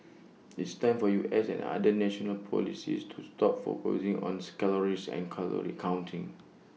it's time for U S and other national policies to stop focusing on calories and calorie counting